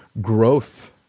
growth